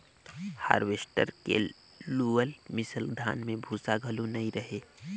harvester के लुअल मिसल धान में भूसा घलो नई रहें